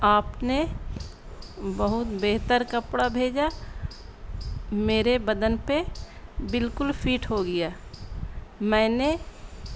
آپ نے بہت بہتر کپڑا بھیجا میرے بدن پہ بالکل فٹ ہو گیا میں نے